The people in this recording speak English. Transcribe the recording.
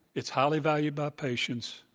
it's highly valued by patients.